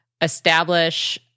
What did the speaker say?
establish